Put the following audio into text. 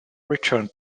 returns